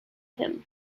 him